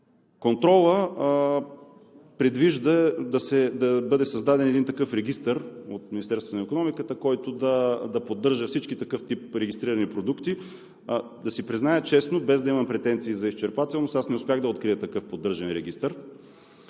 Контролът предвижда да бъде създаден един такъв регистър от Министерството на икономиката, който да поддържа всички такъв тип регистрирани продукти. Да си призная честно, без да имам претенции за изчерпателност, аз не успях да открия такъв поддържан регистър.